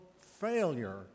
failure